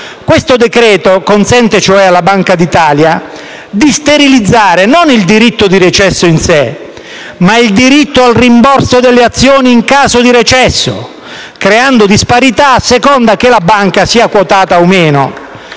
Questo decreto-legge consente, cioè, alla Banca d'Italia di sterilizzare non il diritto di recesso in sé, ma quello al rimborso delle azioni in caso di recesso, creando disparità a seconda che la banca sia quotata o meno